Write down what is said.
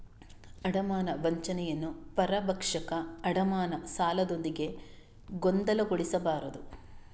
ಅಡಮಾನ ವಂಚನೆಯನ್ನು ಪರಭಕ್ಷಕ ಅಡಮಾನ ಸಾಲದೊಂದಿಗೆ ಗೊಂದಲಗೊಳಿಸಬಾರದು